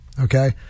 Okay